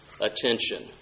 attention